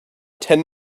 ten